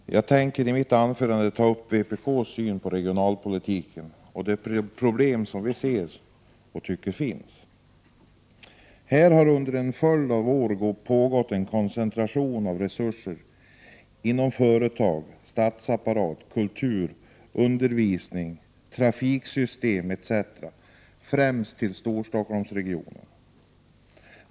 Herr talman! Jag tänker i mitt anförande ta upp vpk:s syn på regionalpolitiken och de problem som vi tycker finns. Här har under en följd av år pågått en trafiksystem etc. främst till Storstockholmsregionen.